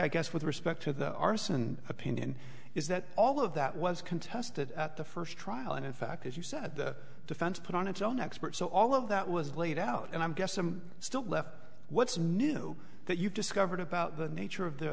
i guess with respect to the arson opinion is that all of that was contested at the first trial and in fact as you said the defense put on its own expert so all of that was laid out and i'm guess i'm still left what's new that you discovered about the nature of the